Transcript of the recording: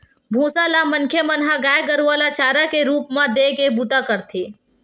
भूसा ल मनखे मन ह गाय गरुवा ल चारा के रुप म देय के बूता करथे